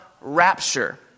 rapture